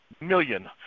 million